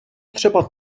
třeba